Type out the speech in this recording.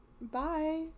bye